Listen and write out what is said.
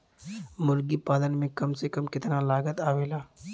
मुर्गी पालन में कम से कम कितना लागत आवेला?